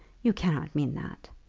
you cannot mean that.